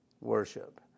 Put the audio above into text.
worship